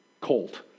colt